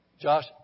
Josh